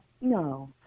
No